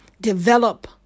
Develop